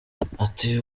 ati